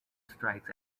strikes